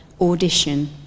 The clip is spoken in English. audition